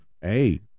hey